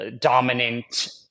dominant